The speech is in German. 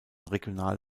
regional